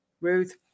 Ruth